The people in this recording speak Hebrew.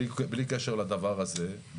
בלי קשר לדבר הזה,